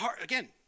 Again